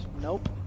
Nope